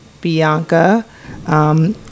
Bianca